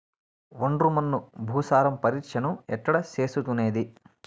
ఒండ్రు మన్ను భూసారం పరీక్షను ఎక్కడ చేసుకునేది?